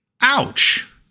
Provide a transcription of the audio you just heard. Ouch